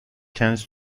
tends